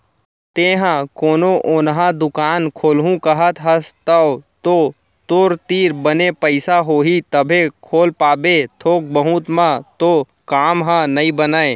तेंहा कोनो ओन्हा दुकान खोलहूँ कहत हस तव तो तोर तीर बने पइसा होही तभे खोल पाबे थोक बहुत म तो काम ह नइ बनय